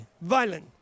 violent